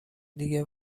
دیگه